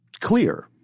clear